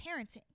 parenting